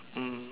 mm